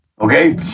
Okay